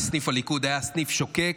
וסניף הליכוד היה סניף שוקק.